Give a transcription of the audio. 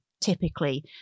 typically